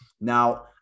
Now